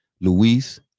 luis